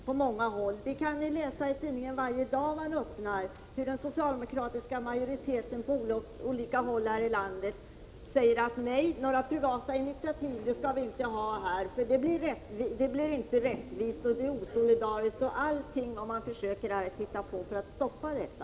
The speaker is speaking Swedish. Vi kan varje dag läsa i tidningen hur den socialdemokratiska majoriteten på olika håll i landet säger att det inte skall finnas några privata initiativ, därför att det inte blir rättvist och det är osolidariskt — de försöker hitta på allt för att stoppa idéerna.